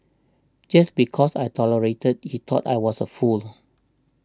just because I tolerated he thought I was a fool